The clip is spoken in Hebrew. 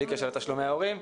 בלי קשר לתשלומי ההורים.